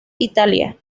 italia